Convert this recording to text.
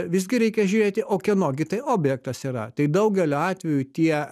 visgi reikia žiūrėti o kieno gi tai objektas yra tai daugeliu atvejų tie